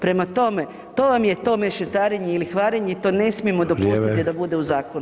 Prema tome, to vam je to mešetarenje i lihvarenje i to ne smijemo dopustiti da bude u zakonu.